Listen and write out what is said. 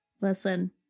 listen